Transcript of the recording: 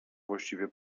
właściwie